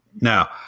Now